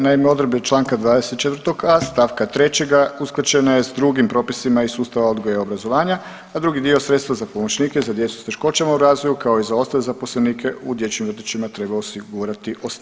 Naime, odredba Članka 24a. stavka 3. usklađena je s drugim propisima iz sustava odgoja i obrazovanja, a drugi dio sredstva za pomoćnike za djecu s teškoćama u razvoju kao i za ostale zaposlenike u dječjim vrtićima treba osigurati osnivač.